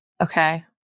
Okay